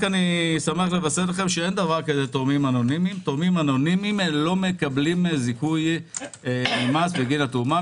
אין תורמים אנונימיים הם לא מקבלים זיכוי מס בגין התרומה,